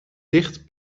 dicht